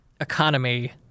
economy